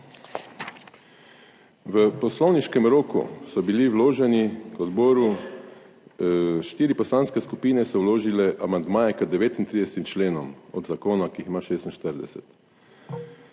V poslovniškem roku so bili vloženi odboru, štiri poslanske skupine so vložile amandmaje k 39. členom od zakona, ki jih ima 46.